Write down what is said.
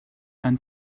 and